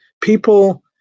people